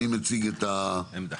מי מציג את העמדה?